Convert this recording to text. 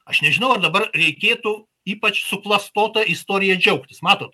aš nežinau ar dabar reikėtų ypač suklastota istorija džiaugtis matot